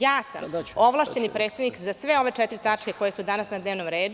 Ja sam ovlašćeni predstavnik za sve ove četiri tačke koje su danas na dnevnom redu.